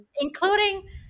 Including